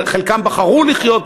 חלקם בחרו לחיות פה,